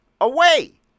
away